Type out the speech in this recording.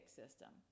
system